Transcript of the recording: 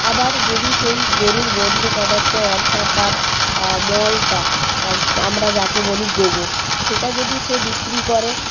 আবার যদি সেই গরুর বর্জ্য পদার্থ অর্থাৎ তার মলটা বা আমরা যাকে বলি গোবর সেটা যদি সে বিক্রি করে